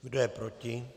Kdo je proti?